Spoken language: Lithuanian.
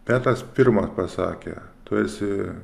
petras pirmas pasakė tu esi